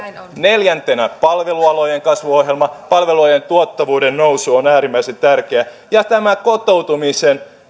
neljäntenä palvelualojen kasvuohjelma palvelualojen tuottavuuden nousu on äärimmäisen tärkeä ja tämä kotoutumisen